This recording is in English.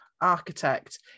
architect